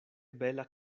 bela